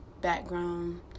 background